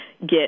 get –